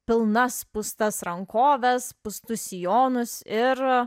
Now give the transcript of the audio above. pilnas pūstas rankoves pūstus sijonus ir